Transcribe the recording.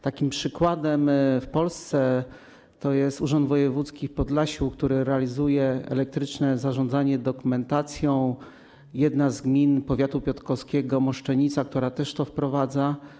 Takim przykładem w Polsce jest urząd wojewódzki w Podlasiu, który ma elektroniczne zarządzanie dokumentacją, i jedna z gmin powiatu piotrkowskiego, Moszczenica, która też to wprowadza.